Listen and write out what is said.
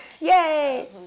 Yay